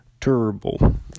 terrible